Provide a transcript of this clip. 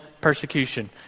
persecution